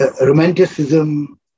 romanticism